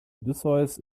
odysseus